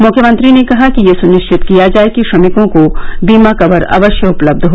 मुख्यमंत्री ने कहा कि यह सुनिश्चित किया जाए कि श्रमिकों को बीमा कवर अवश्य उपलब्ध हो